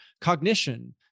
cognition